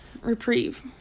reprieve